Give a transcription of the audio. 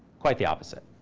quite the opposite,